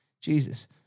Jesus